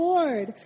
Lord